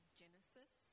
genesis